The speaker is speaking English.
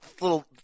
little